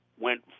went